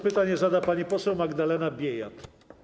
Pytanie zada pani poseł Magdalena Biejat.